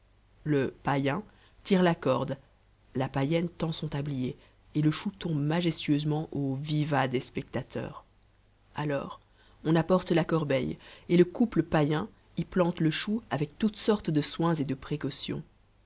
le païen tire la corde la païenne tend son tablier et le chou tombe majestueusement aux vivat des spectateurs alors on apporte la corbeille et le couple païen y plante le chou avec toutes sortes de soins et de précautions